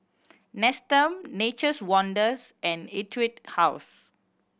Nestum Nature's Wonders and Etude House